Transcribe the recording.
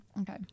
okay